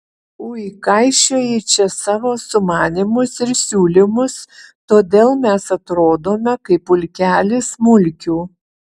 ui kaišioji čia savo sumanymus ir siūlymus todėl mes atrodome kaip pulkelis mulkių